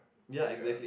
ya